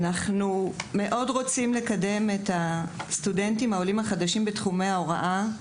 אנחנו מאוד רוצים לקדם את הסטודנטים העולים החדשים בתחומי ההוראה.